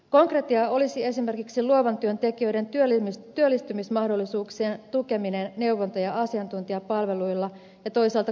konkretiaa olisi esimerkiksi luovan työn tekijöiden työllistymismahdollisuuksien tukeminen neuvonta ja asiantuntijapalveluilla ja toisaalta koulutuksella